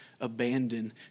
abandon